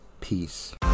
peace